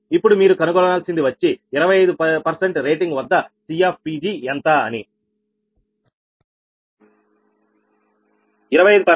ఇప్పుడు మీరు కనుగొనాల్సింది వచ్చి 25రేటింగ్ వద్ద CPgఎంత అని 25రేటింగ్ వద్ద Pg12